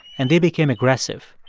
and they became aggressive.